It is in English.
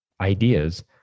ideas